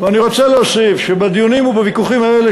אני רוצה להוסיף שבדיונים ובוויכוחים האלה